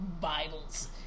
Bibles